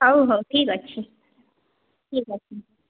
ହଉ ହଉ ଠିକ୍ ଅଛି ଠିକ୍ ଅଛି